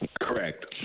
Correct